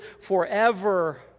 forever